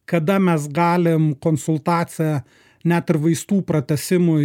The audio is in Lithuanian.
kada mes galim konsultaciją net ir vaistų pratęsimui